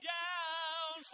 down